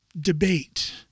debate